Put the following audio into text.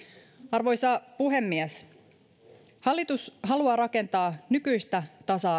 arvoisa puhemies hallitus haluaa rakentaa nykyistä tasa